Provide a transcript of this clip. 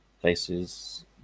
places